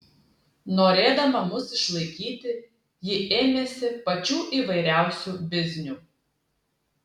norėdama mus išlaikyti ji ėmėsi pačių įvairiausių biznių